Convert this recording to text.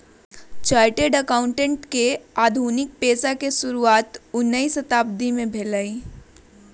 chartered accountant के आधुनिक पेशा के शुरुआत उनइ शताब्दी में भेलइ